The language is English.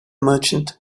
merchant